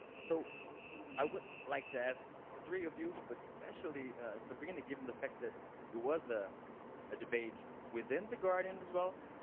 so i would like to ask the three of you, but especially sabrina, given the fact that it was a ah debate within the guardian as well,